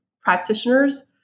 practitioners